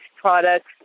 products